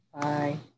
Bye